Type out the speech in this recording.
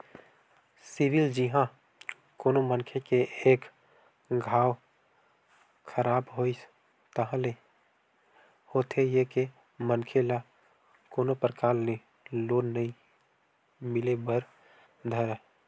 CIBIL जिहाँ कोनो मनखे के एक घांव खराब होइस ताहले होथे ये के मनखे ल कोनो परकार ले लोन नइ मिले बर धरय